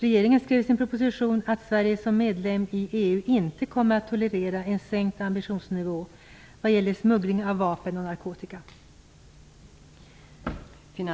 Regeringen skrev i sin proposition att Sverige som medlem i EU inte kommer att tolerera en sänkt ambitionsnivå vad gäller smuggling av vapen och narkotika.